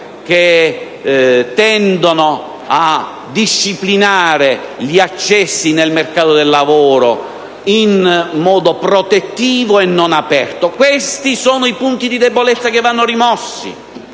tendenti a disciplinare gli accessi nel mercato del lavoro in modo protettivo e non aperto. Questi sono i punti di debolezza che vanno rimossi.